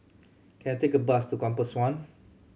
can I take a bus to Compass One